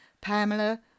Pamela